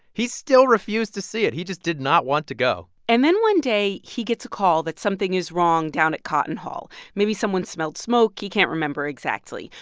he still refused to see it. he just did not want to go and then one day he gets a call that something is wrong down at cotton hall. maybe someone smelled smoke. he can't remember exactly.